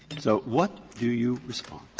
so what do you respond?